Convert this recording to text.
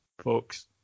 folks